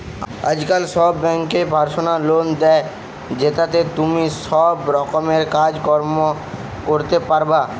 আজকাল সব বেঙ্কই পার্সোনাল লোন দে, জেতাতে তুমি সব রকমের কাজ কর্ম করতে পারবা